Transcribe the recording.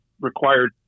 required